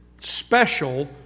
special